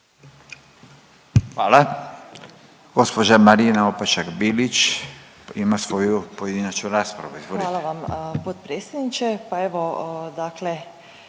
Hvala. Gospođa Marina Opačak-Bilić ima svoju pojedinačnu raspravu. Izvolite.